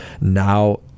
Now